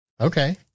okay